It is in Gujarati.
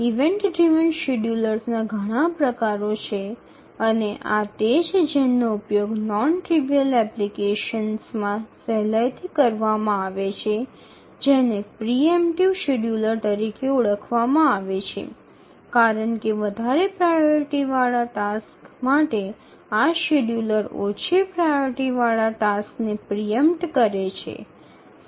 ઇવેન્ટ ડ્રિવન શેડ્યૂલર્સના ઘણા પ્રકારો છે અને આ તે છે જેનો ઉપયોગ નોન ટ્રીવીઅલ એપ્લિકેશન્સમાં સહેલાઇથી કરવામાં આવે છે જેને પ્રિ ઇમ્પેટિવ શેડ્યુલર તરીકે ઓળખવામાં આવે છે કારણ કે વધારે પ્રાઓરીટી વાળા ટાસ્ક માટે આ શેડ્યુલર ઓછી પ્રાઓરીટી વાળા ટાસ્ક ને પ્રિ ઇમ્પટ કરે છે